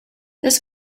this